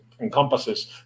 encompasses